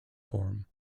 forum